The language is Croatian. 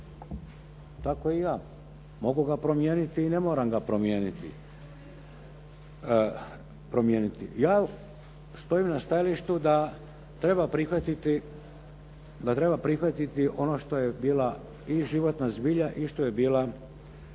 tako i ja, mogu ga promijeniti i ne moram ga promijeniti. Ja stojim na stajalištu da treba prihvatiti ono što je bila i životna zbilja i što je bila